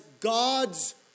God's